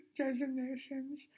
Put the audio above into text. designations